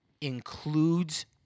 includes